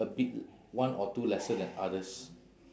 a bit l~ one or two lesser than others